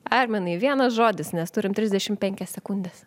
arminai vienas žodis nes turim trisdešimt penkias sekundes